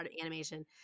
animation